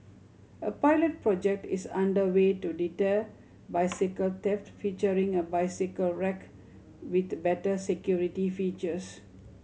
a pilot project is under way to deter bicycle theft featuring a bicycle rack with better security features